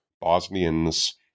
Bosnians